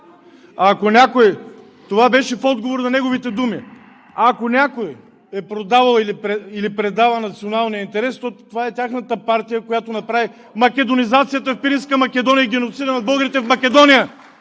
България“.) Това беше в отговор на неговите думи. Ако някой е продавал или предава националния интерес, това е тяхната партия, която направи македонизацията в Пиринска Македония и геноцида над българите в Македония.